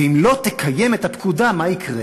ואם לא תקיים את הפקודה, מה יקרה?